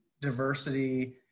diversity